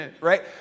right